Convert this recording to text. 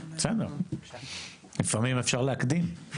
לפעמים אפשר להקדים.